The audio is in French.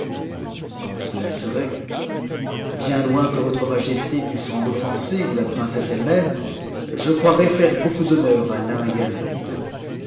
quand cd serait bien loin que votre majesté dût s'en offenser ou la princesse elfe même je croirais faire beaucoup d'honneur à l'un et à l'autre